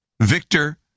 Victor